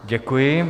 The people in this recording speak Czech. Děkuji.